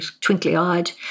twinkly-eyed